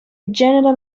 general